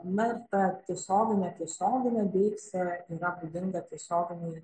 na ir ta tiesioginėtiesioginė deiksė yra būdinga tiesioginei